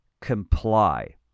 comply